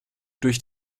durch